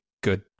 good